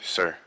Sir